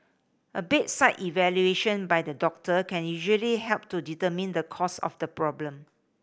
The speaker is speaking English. a bedside evaluation by the doctor can usually help to determine the cause of the problem